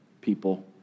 people